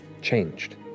changed